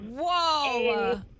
Whoa